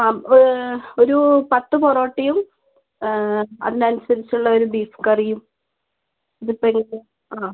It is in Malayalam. അ ഒരു പത്ത് പൊറോട്ടയും അതിനനുസരിച്ചുള്ള ഒരു ബീഫ് കറിയും ഇപ്പോൾ എടുക്ക് അ